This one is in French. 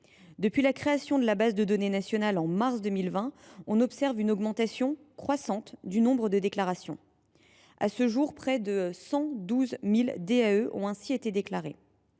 Depuis la création de la base de données nationale au mois de mars 2020, on observe une augmentation croissante du nombre de déclarations. En effet, près de 112 000 DAE ont ainsi été déclarés.